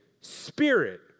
Spirit